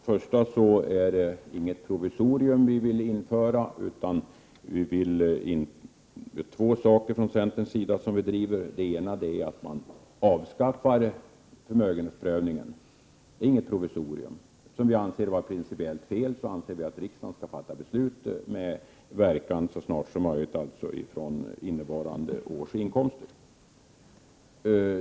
Herr talman! Först och främst vill jag säga att det inte är något provisorium som vi i centern vill införa, utan vi ställer två krav. Det ena är att förmögenhetsprövningen skall avskaffas. Eftersom vi anser att den är principiellt felaktig bör riksdagen fatta beslut med verkan så snart som möjligt, dvs. för innevarande års inkomster.